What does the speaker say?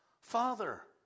Father